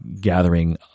gathering